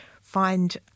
find